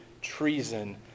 treason